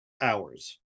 hours